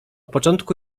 początku